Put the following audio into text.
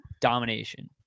domination